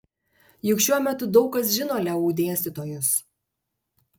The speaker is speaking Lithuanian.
juk šiuo metu daug kas žino leu dėstytojus